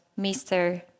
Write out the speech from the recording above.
Mr